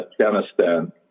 Afghanistan